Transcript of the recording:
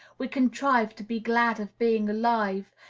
we contrive to be glad of being alive,